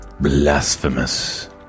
Blasphemous